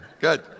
good